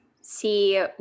see